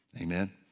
Amen